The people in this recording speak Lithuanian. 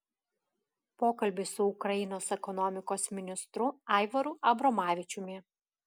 pokalbis su ukrainos ekonomikos ministru aivaru abromavičiumi